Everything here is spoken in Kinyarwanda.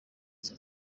izi